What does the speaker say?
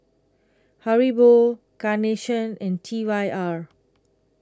Haribo Carnation and T Y R